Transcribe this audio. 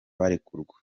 barekurwa